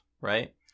right